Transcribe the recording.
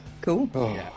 cool